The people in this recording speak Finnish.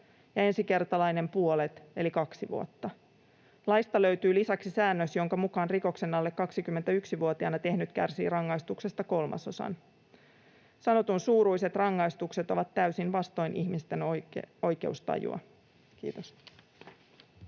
ja ensikertalainen puolet eli kaksi vuotta. Laista löytyy lisäksi säännös, jonka mukaan rikoksen alle 21-vuotiaana tehnyt kärsii rangaistuksesta kolmasosan. Sanotun suuruiset rangaistukset ovat täysin vastoin ihmisten oikeustajua. — Kiitos.